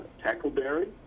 Tackleberry